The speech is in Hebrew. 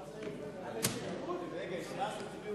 ההצעה להעביר את הצעת חוק איסור התערבות גנטית